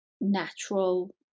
natural